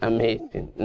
Amazing